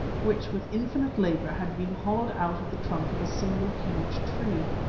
which with infinite labour had been hollowed out of the trunk of a single, huge tree.